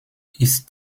ist